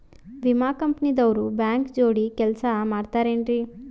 ವಿಮಾ ಕಂಪನಿ ದವ್ರು ಬ್ಯಾಂಕ ಜೋಡಿ ಕೆಲ್ಸ ಮಾಡತಾರೆನ್ರಿ?